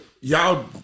Y'all